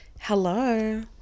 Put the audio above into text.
Hello